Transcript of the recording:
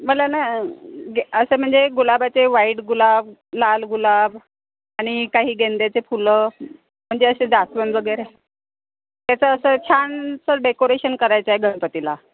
मला ना गे असं म्हणजे गुलाबाचे व्हाईट गुलाब लाल गुलाब आणि काही गेंद्याचे फुलं म्हणजे असे जास्वंद वगैरे त्याचं असं छानसं डेकोरेशन करायचंय गणपतीला